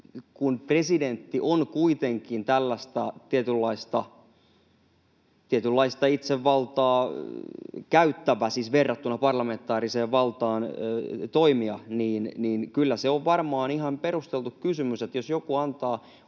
kun presidentti on kuitenkin tällaista tietynlaista itsevaltaa käyttävä — siis verrattuna parlamentaariseen valtaan toimia — niin kyllä se on varmaan ihan perusteltu kysymys, että jos joku antaa omaa